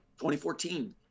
2014